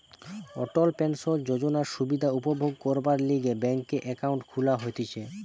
অটল pension যোজনার সুবিধা উপভোগ করবার লিগে ব্যাংকে একাউন্ট খুলা হতিছে